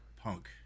punk